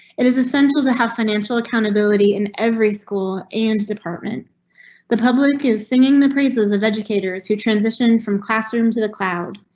it is essential to have financial accountability in every school and department the public is singing the praises of educators who transitioned from classroom to the cloud.